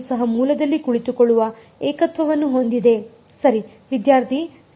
ಸಹ ಮೂಲದಲ್ಲಿ ಕುಳಿತುಕೊಳ್ಳುವ ಏಕತ್ವವನ್ನು ಹೊಂದಿದೆ ಸರಿ